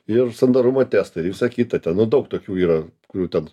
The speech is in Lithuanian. ir sandarumo testai ir visa kita ten nu daug tokių yra kurių ten